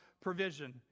provision